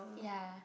ya